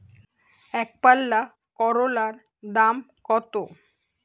একপাল্লা করলার দাম কত?